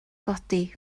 godi